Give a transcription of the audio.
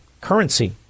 currency